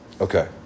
Okay